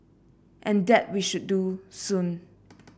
and that we should do soon